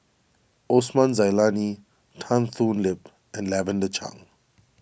Osman Zailani Tan Thoon Lip and Lavender Chang